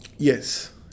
Yes